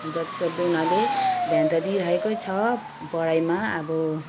जति सक्दो उनीहरूले ध्यान त दिइ राखेकै छ पढाइमा अब